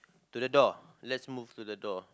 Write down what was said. to the door let's move to the door